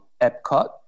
Epcot